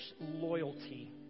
loyalty